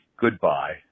Goodbye